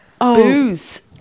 booze